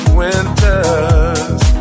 winters